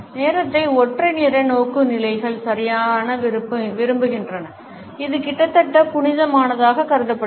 நேரத்தை ஒற்றை நிற நோக்குநிலைகள் சரியானவிரும்புகின்றன இது கிட்டத்தட்ட புனிதமானதாகக் கருதப்படுகிறது